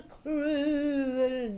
cruel